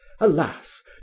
Alas